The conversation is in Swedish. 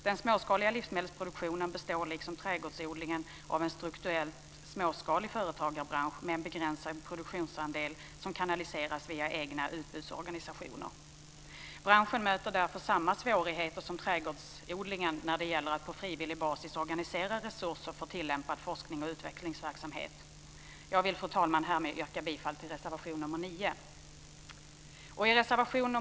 Den småskaliga livsmedelsproduktionen består liksom trädgårdsodlingen av en strukturellt småskalig företagarbransch med en begränsad produktionsandel som kanaliseras via egna utbudsorganisationer. Branschen möter därför samma svårigheter som trädgårdsodlingen när det gäller att på frivillig basis organisera resurser för tillämpad forsknings och utvecklingsverksamhet. Jag vill, fru talman, härmed yrka bifall till reservation nr 9.